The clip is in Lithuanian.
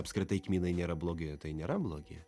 apskritai kmynai nėra blogi tai nėra blogi